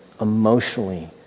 emotionally